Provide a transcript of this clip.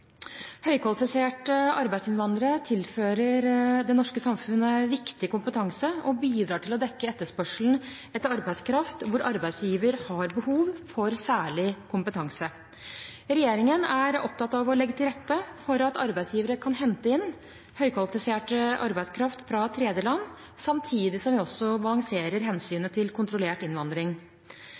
arbeidsinnvandrere tilfører det norske samfunnet viktig kompetanse og bidrar til å dekke etterspørselen etter arbeidskraft hvor arbeidsgiver har behov for særlig kompetanse. Regjeringen er opptatt av å legge til rette for at arbeidsgivere kan hente inn høykvalifisert arbeidskraft fra tredjeland, samtidig som vi også balanserer hensynet til kontrollert innvandring.